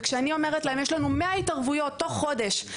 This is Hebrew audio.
וכשאני אומרת להם יש לנו 100 התערבויות תוך חודש,